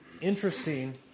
interesting